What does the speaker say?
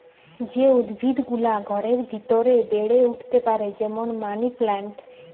যে উদ্ভিদ গুলা ঘরের ভিতরে বেড়ে উঠতে পারে যেমন মানি প্লান্ট